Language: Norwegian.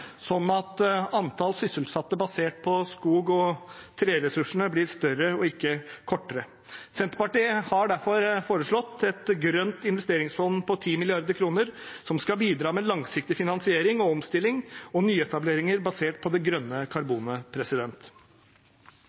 sånn at antall sysselsatte basert på skog- og treressurser blir større, ikke mindre. Senterpartiet har derfor foreslått et grønt investeringsfond på 10 mrd. kr som skal bidra med langsiktig finansiering, omstilling og nyetableringer basert på det grønne